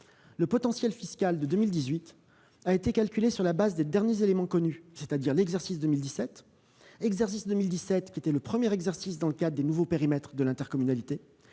le potentiel fiscal de 2018 a été calculé sur la base des derniers éléments connus, c'est-à-dire l'exercice 2017, qui était le premier exercice dans le cadre des nouveaux périmètres de l'intercommunalité.